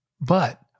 But